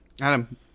Adam